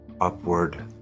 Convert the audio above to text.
upward